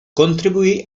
contribuì